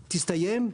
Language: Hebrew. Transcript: תסתיים,